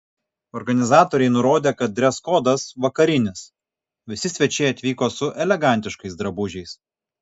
organizatoriai nurodė kad dreskodas vakarinis visi svečiai atvyko su elegantiškais drabužiais